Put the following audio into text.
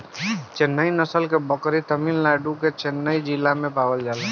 चेन्नई नस्ल के बकरी तमिलनाडु के चेन्नई जिला में पावल जाला